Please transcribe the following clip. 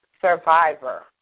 survivor